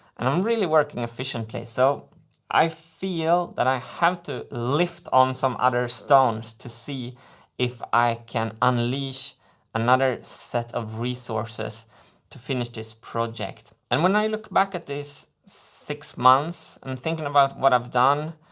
and i'm really working efficiently, so i feel that i have to lift on some other stones to see if i can unleash another set of resources to finish this project. and when i look back at this six months, i'm thinking about what i've done,